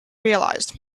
realized